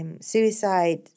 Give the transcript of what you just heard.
suicide